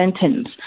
sentence